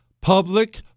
public